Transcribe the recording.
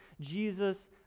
Jesus